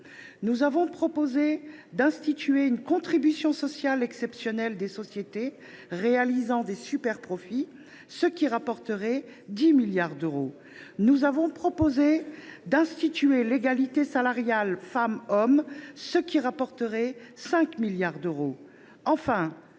Nous avons proposé d’instituer une contribution sociale exceptionnelle sur les sociétés réalisant des superprofits, ce qui rapporterait 10 milliards d’euros. Nous avons proposé d’instituer l’égalité salariale femmes hommes, ce qui rapporterait 5 milliards d’euros.